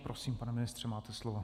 Prosím, pane ministře, máte slovo.